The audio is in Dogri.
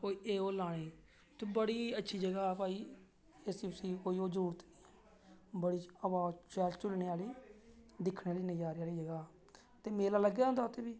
कि एह् ओह् लाने गी ते बड़ी अच्छी जगह भाई ते ऐसे दी कोई जरूरत निं ऐ बड़ी हवा शैल झूल्लने आह्ली दिक्खने आह्ली नज़ारे आह्ली जगह ते मेला लग्गे दा होंदा उत्थें बी